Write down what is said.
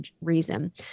reason